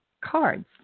cards